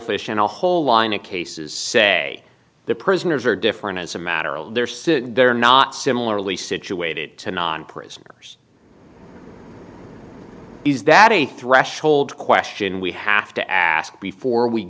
fish and a whole line of cases say the prisoners are different as a matter of their says they're not similarly situated to non prisoners is that a threshold question we have to ask before we